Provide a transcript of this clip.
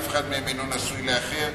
אף אחד מהם אינו נשוי לאחר,